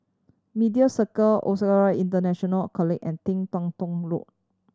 Media Circle International College and Ting Teng Tong Road